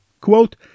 Quote